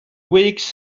weeks